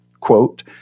quote